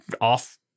off